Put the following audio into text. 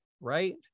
right